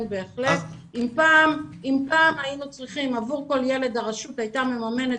אם פעם עבור כל ילד הרשות הייתה מממנת